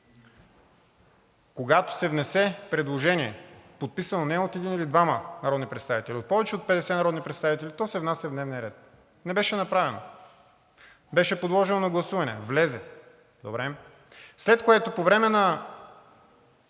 Когато се внесе предложение, подписано не от един или двама народни представители, а повече от 50 народни представители, то се внася в дневния ред. Не беше направено! Беше подложено на гласуване, влезе – добре, след което по време на